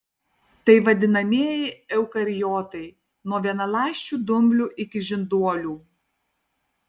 tai vadinamieji eukariotai nuo vienaląsčių dumblių iki žinduolių